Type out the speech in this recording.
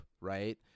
right